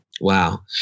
Wow